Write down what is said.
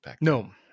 No